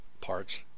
parts